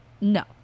No